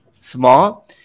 small